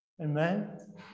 Amen